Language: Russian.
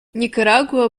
никарагуа